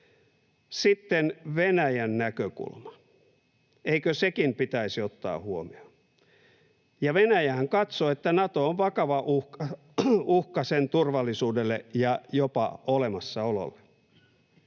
Sitten Venäjän näkökulma, eikö sekin pitäisi ottaa huomioon? Venäjähän katsoo, että Nato on vakava uhka sen turvallisuudelle ja jopa olemassaololle.